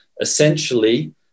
essentially